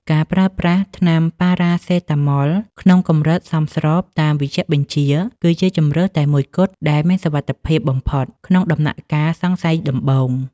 ការប្រើប្រាស់ថ្នាំប៉ារ៉ាសេតាមុល (Paracetamol) ក្នុងកម្រិតសមស្របតាមវេជ្ជបញ្ជា គឺជាជម្រើសតែមួយគត់ដែលមានសុវត្ថិភាពបំផុតក្នុងដំណាក់កាលសង្ស័យដំបូង។